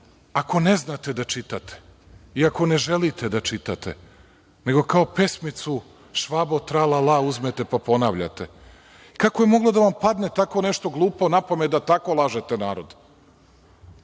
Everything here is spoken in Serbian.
ako ne znate da čitate i ako ne želite da čitate, nego kao pesmicu „Švabo tra-la-la“ uzmete da ponavljate. Kako je moglo da vam padne tako nešto glupo napamet, da tako lažete narod,